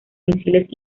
misiles